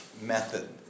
method